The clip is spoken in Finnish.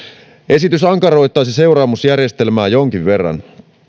esitys ankaroittaisi seuraamusjärjestelmää jonkin verran